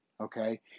okay